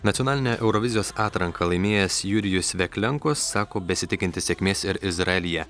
nacionalinę eurovizijos atranką laimėjęs jurijus veklenkos sako besitikintis sėkmės ir izraelyje